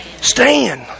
stand